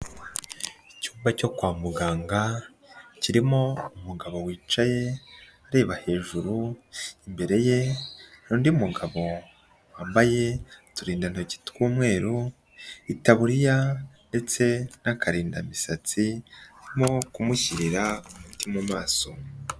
Icyumba cyo kwa muganga, kirimo umugabo wicaye areba hejuru, imbere ye hari undi mugabo wambaye uturindantoki tw'umweru, itaburiya, ndetse n'akarindamisatsi, arimo kumushyirira umuti mu maso.